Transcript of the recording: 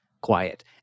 quiet